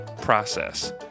process